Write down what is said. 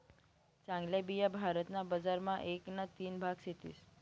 चांगल्या बिया भारत ना बजार मा एक ना तीन भाग सेतीस